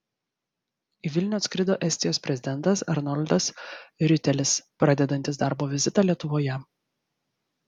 į vilnių atskrido estijos prezidentas arnoldas riuitelis pradedantis darbo vizitą lietuvoje